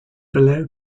below